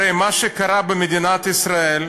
הרי מה שקרה במדינת ישראל,